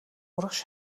урагш